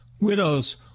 widows